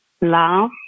love